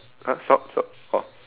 !huh! stop stop orh